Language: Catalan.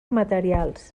materials